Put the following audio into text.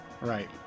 Right